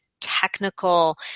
technical